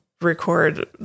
record